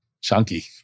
Chunky